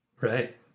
right